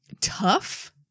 tough